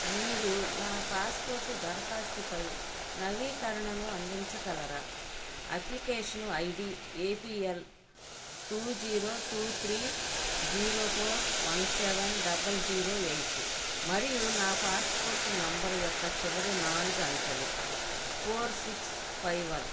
మీరు నా పాస్పోర్టు దరఖాస్తు పై నవీకరణను అందించగలరా application ID APL two zero two three zero four one seven double zero eight మరియు నా పాస్పోర్ట్ నెంబర్ యొక్క చివరి నాలుగు అంకెలు ఫోర్ సిక్స్ ఫైవ్ వన్